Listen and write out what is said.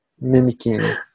mimicking